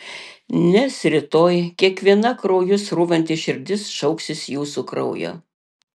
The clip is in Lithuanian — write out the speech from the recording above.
nes rytoj kiekviena krauju srūvanti širdis šauksis jūsų kraujo